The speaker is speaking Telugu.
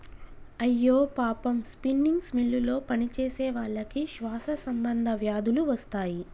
అయ్యో పాపం స్పిన్నింగ్ మిల్లులో పనిచేసేవాళ్ళకి శ్వాస సంబంధ వ్యాధులు వస్తాయి